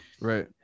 Right